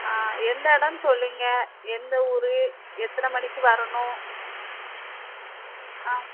ஆ எந்த இடம்னு சொல்லுங்கள் எந்த ஊர் எத்தனை மணிக்கு வரணும் ஆ